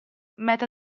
meta